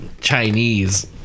Chinese